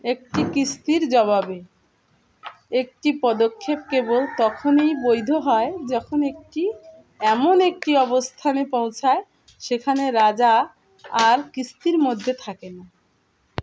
একটি কিস্তির জবাবে একটি পদক্ষেপ কেবল তখনই বৈধ হয় যখন একটি এমন একটি অবস্থানে পৌঁছয় সেখানে রাজা আর কিস্তির মধ্যে থাকে না